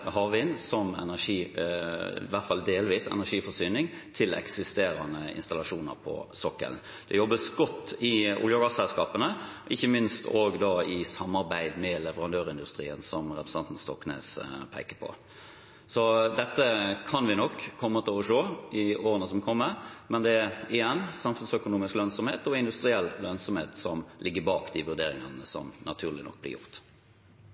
havvind – i hvert fall delvis – som energiforsyning til eksisterende installasjoner på sokkelen. Det jobbes godt i olje- og gasselskapene, ikke minst i samarbeid med leverandørindustrien, som representanten Stoknes peker på. Dette kan vi nok komme til å se i årene som kommer, men igjen er det samfunnsøkonomisk lønnsomhet og industriell lønnsomhet som ligger bak vurderingene som naturlig nok blir gjort.